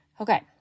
Okay